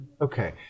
Okay